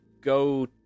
go